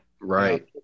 Right